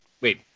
Wait